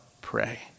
pray